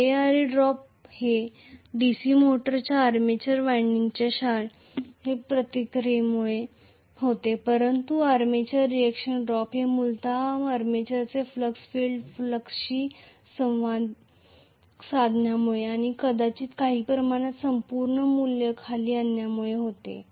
IaRa drop हे DC मोटरच्या armature वायडिंगच्या शारिरीक रेझिस्टन्समुळे होते परंतु आर्मेचर रिएक्शन ड्रॉप हे मूलत आर्मेचर फ्लक्स फील्ड फ्लक्सशी संवाद साधण्यामुळे आणि कदाचित काही प्रमाणात संपूर्ण मूल्य खाली आणण्यामुळे होते